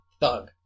thug